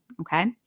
okay